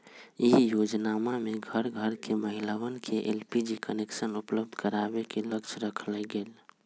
ई योजनमा में घर घर के महिलवन के एलपीजी कनेक्शन उपलब्ध करावे के लक्ष्य रखल गैले